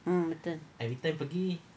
mm betul